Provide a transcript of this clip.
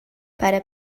para